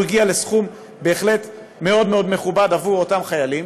היום הוא הגיע לסכום בהחלט מאוד מאוד מכובד עבור אותם חיילים.